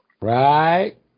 Right